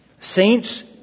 Saints